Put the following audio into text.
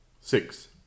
six